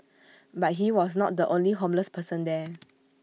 but he was not the only homeless person there